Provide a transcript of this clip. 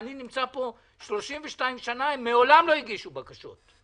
אני נמצא פה 32 שנה, הן מעולם לא הגישו בקשות.